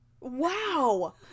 Wow